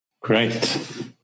Great